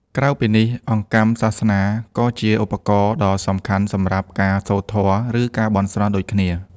ក្រៅពីនេះ អង្កាំសាសនា ក៏ជាឧបករណ៍ដ៏សំខាន់សម្រាប់ការសូត្រធម៌ ឬការបន់ស្រន់ដូចគ្នា។